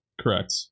Correct